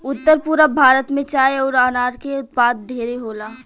उत्तर पूरब भारत में चाय अउर अनारस के उत्पाद ढेरे होला